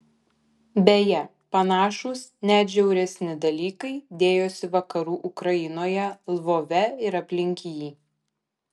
beje panašūs net žiauresni dalykai dėjosi vakarų ukrainoje lvove ir aplink jį